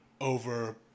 over